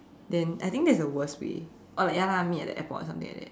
then I think that is the worst way or like ya lah meet at the airport or something